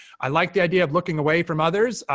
i like the idea of looking away from others.